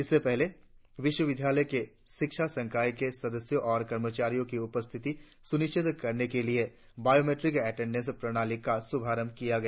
इससे पहले विश्वविद्यालय के शिक्षा संकाय के सदस्यों और कर्मचारियों की उपस्थिति सुनिश्चित करने के लिए वायोमैट्रिक अटेंडेंस प्रणाली का शुभारंभ किया गया